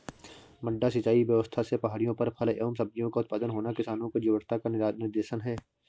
मड्डा सिंचाई व्यवस्था से पहाड़ियों पर फल एवं सब्जियों का उत्पादन होना किसानों की जीवटता का निदर्शन है